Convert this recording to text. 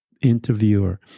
interviewer